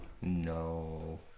No